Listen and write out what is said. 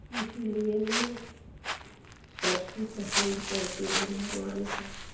इसीलिए मैं सबसे पसंद करती हूँ भगवान का